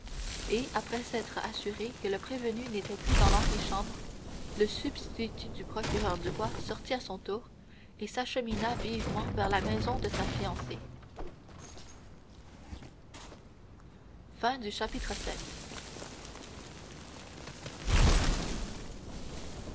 et après s'être assuré que le prévenu n'était plus dans l'antichambre le substitut du procureur du roi sortit à son tour et s'achemina vivement vers la maison de sa fiancée